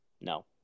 no